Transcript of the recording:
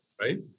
Right